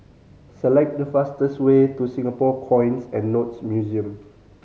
select the fastest way to Singapore Coins and Notes Museum